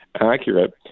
accurate